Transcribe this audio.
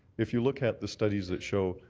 if you look at the studies that show,